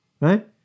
Right